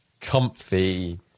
comfy